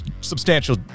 substantial